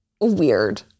weird